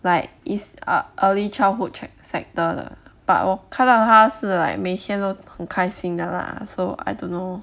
like is uh early childhood chec~ sector 的 but 我看到他是 like 每天都很开心的 lah so I don't know